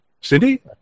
Cindy